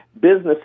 businesses